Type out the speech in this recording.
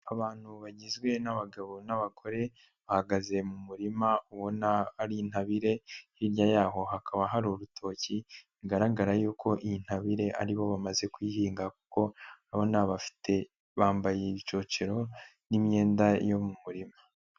Abantu bagizwe n'abagabo n'abagore bahagaze mu murima ubona ari intabire, hirya yaho hakaba hari urutoki bigaragara yuko iyi ntabire ari bo bamaze kuyihinga kuko urabona bambaye ibicocero n'imyenda yo mu murima.